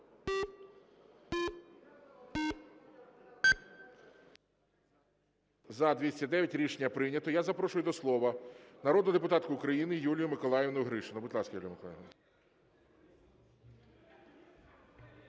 За-209 Рішення прийнято. Я запрошую до слова народну депутатку України Юлію Миколаївну Гришину. Будь ласка, Юліє Миколаївно.